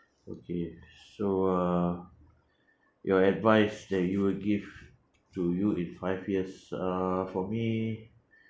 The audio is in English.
okay so uh your advise that you would give to you in five yes uh for me